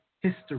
history